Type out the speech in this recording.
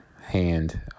hand